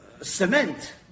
cement